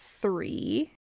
three